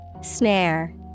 Snare